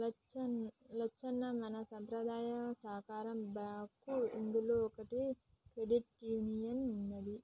లచ్చన్న మన సంపద్రాయ సాకార బాంకు ఇదానంలో ఓటి క్రెడిట్ యూనియన్ ఉన్నదీ